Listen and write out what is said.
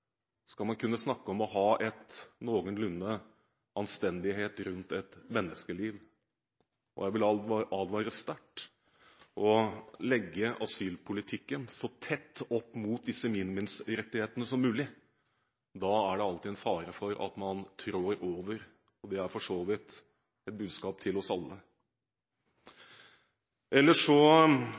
skal man kunne snakke om å ha en noenlunde anstendighet rundt et menneskeliv. Jeg vil advare sterkt mot å legge asylpolitikken så tett opp mot disse minimumsrettighetene som mulig. Da er det alltid en fare for at man trår over, og det er for så vidt et budskap til oss alle.